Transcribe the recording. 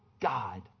God